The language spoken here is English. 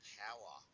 power